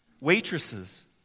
waitresses